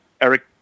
Eric